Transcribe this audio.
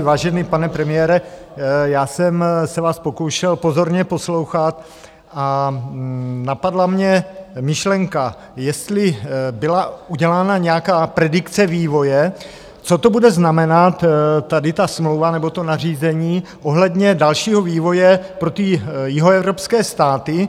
Vážený pane premiére, já jsem se vás pokoušel pozorně poslouchat a napadla mě myšlenka, jestli byla udělána nějaká predikce vývoje, co to bude znamenat, tady ta smlouva nebo to nařízení, ohledně dalšího vývoje pro ty jihoevropské státy.